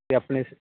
ਅਤੇ ਆਪਣੇ ਸ